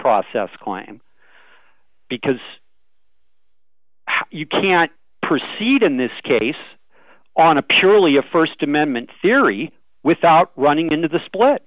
process claim because you can't proceed in this case on a purely a st amendment theory without running into the split